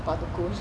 about the cold